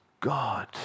God